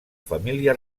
família